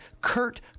Kurt